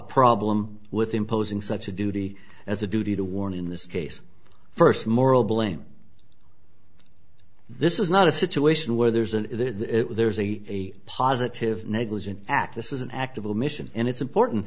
problem with imposing such a duty as a duty to warn in this case first moral blame this is not a situation where there's an there's a positive negligent act this is an act of omission and it's important